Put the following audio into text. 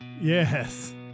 yes